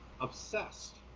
obsessed